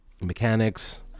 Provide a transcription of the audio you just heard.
mechanics